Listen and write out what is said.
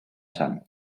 son